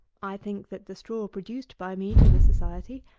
i think that the straw produced by me to the society,